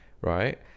right